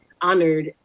honored